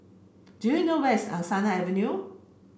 do you know where is Angsana Avenue